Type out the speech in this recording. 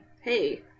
hey